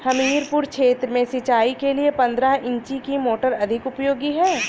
हमीरपुर क्षेत्र में सिंचाई के लिए पंद्रह इंची की मोटर अधिक उपयोगी है?